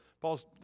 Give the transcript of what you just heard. Paul's